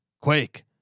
Quake